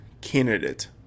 candidate